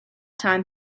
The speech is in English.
time